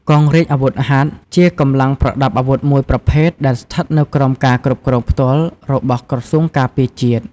កងរាជអាវុធហត្ថជាកម្លាំងប្រដាប់អាវុធមួយប្រភេទដែលស្ថិតនៅក្រោមការគ្រប់គ្រងផ្ទាល់របស់ក្រសួងការពារជាតិ។